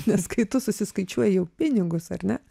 nes kai tu susiskaičiuoji jau pinigus ar ne